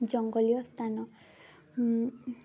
ଜଙ୍ଗଲୀୟ ସ୍ଥାନ